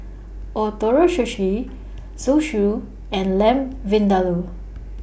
Ootoro Sushi Zosui and Lamb Vindaloo